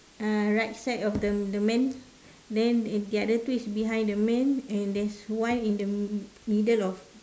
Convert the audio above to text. uh right side of the the man then the other two is behind the man and there's one in the middle of